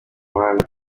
mihanda